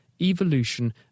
Evolution